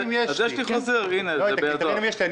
את הקריטריונים יש לי.